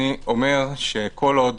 כל עוד